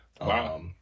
Wow